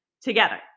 together